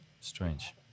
strange